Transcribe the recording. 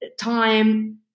time